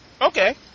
Okay